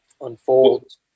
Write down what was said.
unfolds